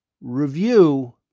review